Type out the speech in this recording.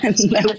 No